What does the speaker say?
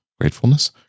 gratefulness